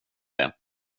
det